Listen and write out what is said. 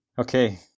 Okay